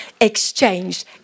exchange